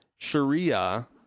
Sharia